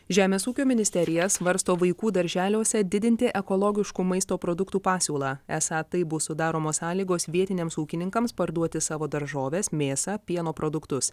žemės ūkio ministerija svarsto vaikų darželiuose didinti ekologiškų maisto produktų pasiūlą esą taip bus sudaromos sąlygos vietiniams ūkininkams parduoti savo daržoves mėsą pieno produktus